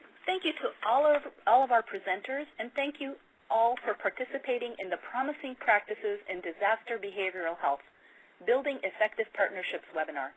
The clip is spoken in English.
thank you to all of all of our presenters and thank you all for participating in the promising practices in disaster behavioral health building effective partnerships webinar.